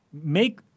make